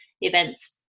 events